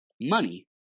money